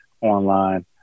online